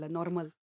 normal